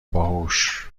باهوش